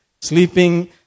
sleeping